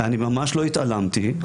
אני ממש לא התעלמתי,